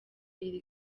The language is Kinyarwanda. iri